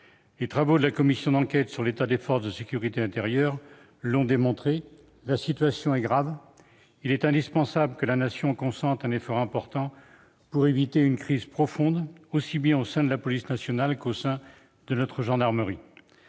Les travaux de la commission d'enquête sur l'état des forces de sécurité intérieure l'ont démontré : la situation est grave, et il est indispensable que la Nation consente un effort important pour éviter une crise profonde, aussi bien au sein de la police nationale qu'au sein de notre gendarmerie.